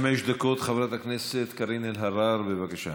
חמש דקות, חברת הכנסת קארין אלהרר, בבקשה.